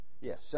Yes